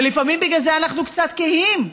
ולפעמים בגלל זה אנחנו קצת קהים,